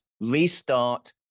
restart